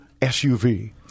SUV